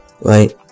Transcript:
right